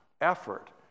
effort